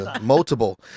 multiple